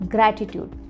Gratitude